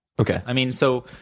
okay. i mean so,